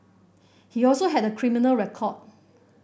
he also had a criminal record